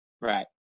Right